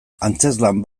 antzezlan